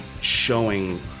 showing